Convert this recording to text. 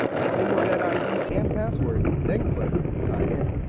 type in your net id and password, then click sign in.